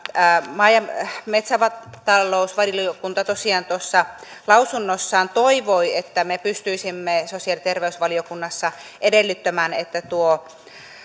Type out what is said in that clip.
maa ja metsätalousvaliokunta tosiaan tuossa lausunnossaan toivoi että me pystyisimme sosiaali ja terveysvaliokunnassa edellyttämään että